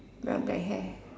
brown bright hair